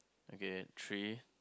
okay tree